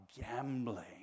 gambling